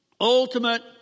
ultimate